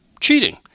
cheating